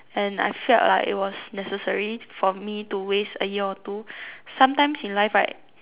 and I felt like it was necessary for me to waste a year or two sometimes in life right